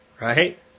right